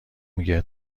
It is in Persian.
میگه